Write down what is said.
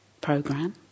program